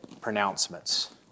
pronouncements